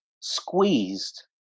squeezed